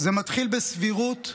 / זה מתחיל בסבירות,